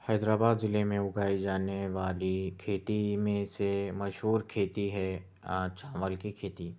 حیدر آباد ضلع میں اگائی جانے والی کھیتی میں سے مشہور کھیتی ہے چاول کی کھیتی